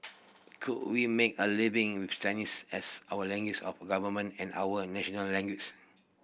could we make a living with Chinese as our languages of government and our national languages